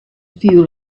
feel